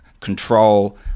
control